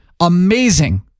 Amazing